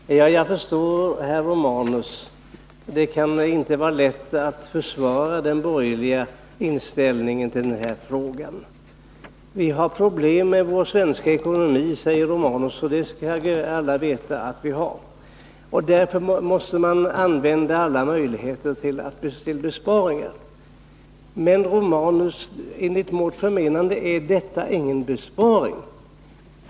Herr talman! Jag förstår herr Romanus. Det kan inte vara lätt att försvara den borgerliga inställningen i den här frågan. Vi har problem med vår svenska ekonomi, säger herr Romanus, och det skall alla veta! Därför måste man använda alla möjligheter till besparingar. Men enligt vårt förmenande är detta ingen besparing, herr Romanus.